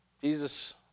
Jesus